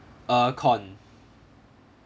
uh corn